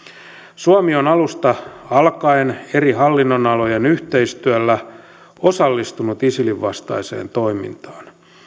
suomi on alusta alkaen eri hallinnonalojen yhteistyöllä osallistunut isilin vastaiseen toimintaan